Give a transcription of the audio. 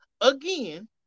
again